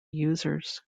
users